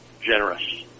generous